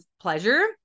pleasure